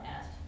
asked